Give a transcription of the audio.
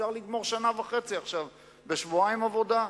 אפשר לגמור שנה וחצי עכשיו בשבועיים עבודה.